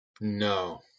No